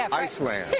um iceland.